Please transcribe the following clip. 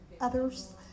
others